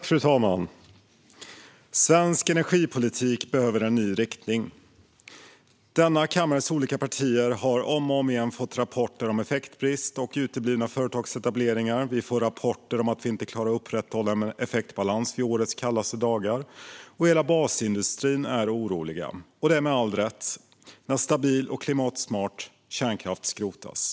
Fru talman! Svensk energipolitik behöver en ny riktning. Denna kammares olika partier har om och om igen fått rapporter om effektbrist och uteblivna företagsetableringar. Vi får rapporter om att vi inte klarar att upprätthålla en effektbalans vid årets kallaste dagar. Hela basindustrin är orolig, och det med all rätt, när stabil och klimatsmart kärnkraft skrotas.